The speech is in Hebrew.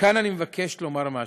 כאן אני מבקש לומר משהו: